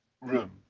room